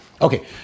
Okay